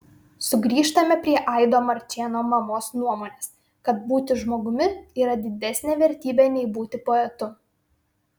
sugrįžtame prie aido marčėno mamos nuomonės kad būti žmogumi yra didesnė vertybė nei būti poetu